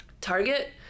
target